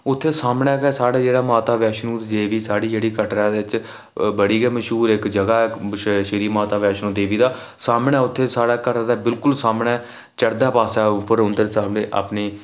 उत्थै सामनै गै साढ़ा जेह्ड़ा माता वैष्णो देवी साढ़ी जेह्ड़ी कटरा बिच बड़ी गै मशहूर इक जगह् ऐ श्री माता वैष्णो देवी दा सामनै उत्थै साढ़े घरै दे बिल्कुल सामनै चढ़दे पासै उप्पर औंदे जंदे अपनी